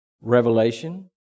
revelation